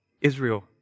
Israel